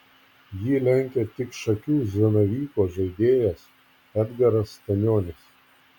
jį lenkia tik šakių zanavyko žaidėjas edgaras stanionis